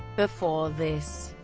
before this,